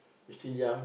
we still young